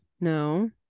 no